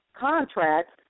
contracts